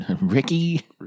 Ricky